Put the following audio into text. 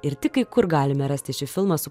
ir tik kai kur galime rasti šį filmą su